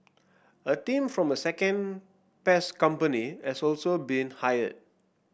a team from a second pest company has also been hired